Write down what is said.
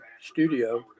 studio